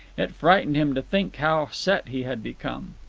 it frightened him to think how set he had become.